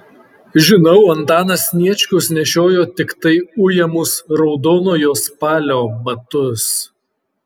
žinau antanas sniečkus nešiojo tiktai ujamus raudonojo spalio batus